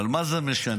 אבל מה זה משנה?